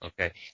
Okay